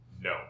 No